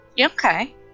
Okay